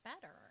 better